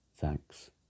Thanks